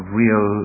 real